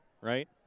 right